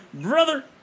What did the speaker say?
Brother